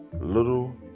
little